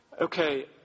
Okay